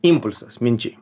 impulsas minčiai